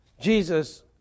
Jesus